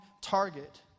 target